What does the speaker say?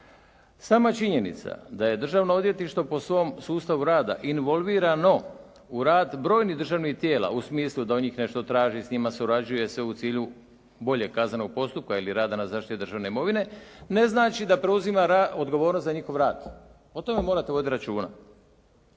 Sama činjenica da je Državno odvjetništvo po svom sustavu rada involvirano u rad brojnih državnih tijela u smislu da od njih nešto traži, s njima surađuje sve u cilju boljeg kaznenog postupka ili rada na zaštiti državne imovine, ne znači da preuzima odgovornost za njihov rad. O tome morate voditi računa.